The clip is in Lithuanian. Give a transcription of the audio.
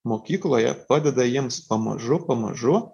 mokykloje padeda jiems pamažu pamažu